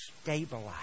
stabilize